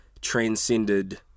transcended